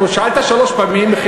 שאלת שלוש פעמים.